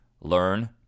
Learn